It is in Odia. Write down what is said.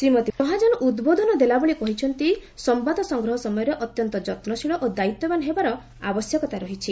ଶ୍ରୀ ମହାଜନ ଉଦ୍ବୋଧନ ଦେଲାବେଳେ କହିଛନ୍ତି ସମ୍ବାଦ ସଂଗ୍ରହ ସମୟରେ ଅତ୍ୟନ୍ତ ଯତ୍ନଶୀଳ ଓ ଦାୟିତ୍ୱବାନ ହେବାର ଆବଶ୍ୟକତା ରହିଛି